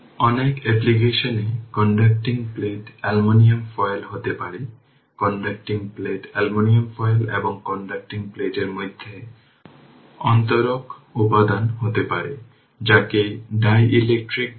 অনেক অ্যাপ্লিকেশনে conducting plate aluminium foil হতে পারে কন্ডাক্টিং প্লেট অ্যালুমিনিয়াম ফয়েল এবং কন্ডাক্টিং প্লেটের মধ্যে অন্তরক উপাদান হতে পারে যাকে ডাইইলেক্ট্রিক বলে